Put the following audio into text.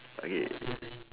okay